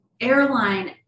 airline